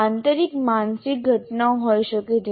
આંતરિક માનસિક ઘટનાઓ હોઈ શકે છે